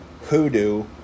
hoodoo